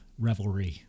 revelry